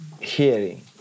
hearing